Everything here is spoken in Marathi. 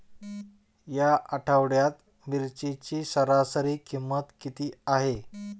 या आठवड्यात मिरचीची सरासरी किंमत किती आहे?